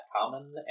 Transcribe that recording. common